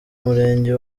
murenge